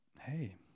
hey